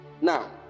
Now